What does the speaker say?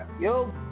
Yo